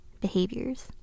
behaviors